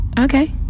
Okay